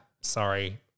sorry